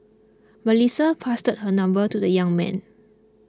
Melissa passed her number to the young man